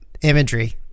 imagery